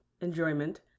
enjoyment